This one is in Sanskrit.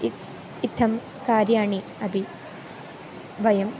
इत्थम् इत्थं कार्याणि अपि वयं